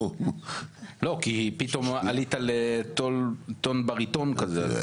לא, כי פתאום עלית לטון בריטון כזה.